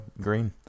green